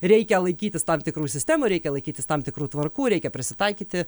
reikia laikytis tam tikrų sistemų reikia laikytis tam tikrų tvarkų reikia prisitaikyti